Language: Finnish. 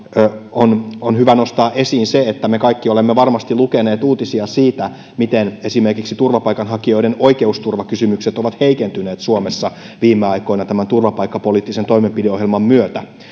on on hyvä nostaa esiin se että me kaikki olemme varmasti lukeneet uutisia siitä miten esimerkiksi turvapaikanhakijoiden oikeusturvakysymykset ovat heikentyneet suomessa viime aikoina tämän turvapaikkapoliittisen toimenpideohjelman myötä